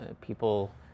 people